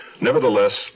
Nevertheless